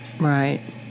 Right